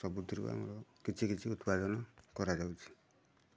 ସବୁଥିରୁ ଆମର କିଛି କିଛି ଉତ୍ପାଦନ କରାଯାଉଛି